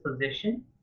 position